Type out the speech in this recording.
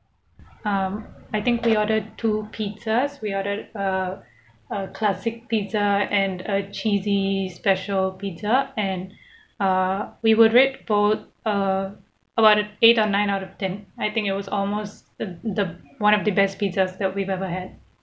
um I think we ordered two pizzas we ordered a a classic pizza and a cheesy special pizza and ah we would rate about uh about at eight or nine out of ten I think it was almost the the one of the best pizza that we've ever had